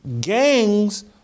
gangs